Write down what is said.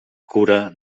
cura